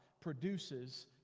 produces